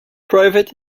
private